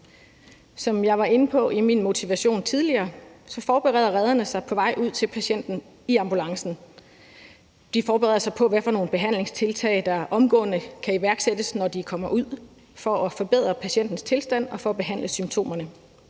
Som jeg var inde på i min motivationstale tidligere, forbereder redderne sig i ambulancen på vej ud til patienten i ambulancen. De forbereder sig på, hvad for nogle behandlingstiltag der omgående kan iværksættes, når de kommer ud, for at forbedre patientens tilstand og for at behandle symptomerne.